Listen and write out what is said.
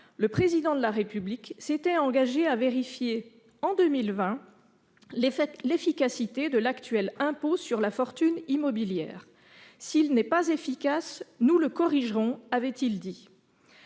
le Président de la République s'était engagé à vérifier en 2020 l'efficacité de l'actuel impôt sur la fortune immobilière :« S'il n'est pas efficace, nous le corrigerons », avait-il dit.